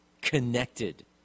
connected